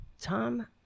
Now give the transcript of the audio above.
Tom